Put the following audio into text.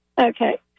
Okay